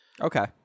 Okay